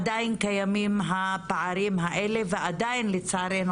עדיין קיימים הפערים האלה ועדיין לצערנו